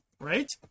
right